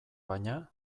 baina